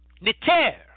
Neter